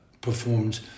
performed